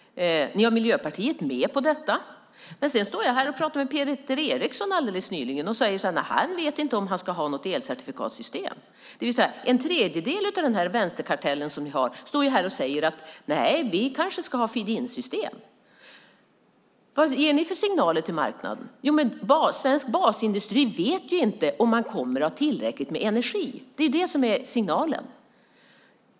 Ni har Miljöpartiet med på detta. Men alldeles nyss stod jag här och pratade med Peter Eriksson och han sade att han inte vet om han vill ha något elcertifikatssystem. En tredjedel av er vänsterkartell säger att vi kanske ska ha feed-in-system. Vilka signaler ger ni till marknaden? Svensk basindustri vet inte om man kommer att ha tillräckligt med energi. Det är signalen.